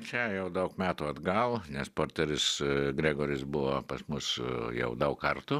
čia jau daug metų atgal nes porteris gregoris buvo pas mus jau daug kartų